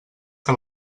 que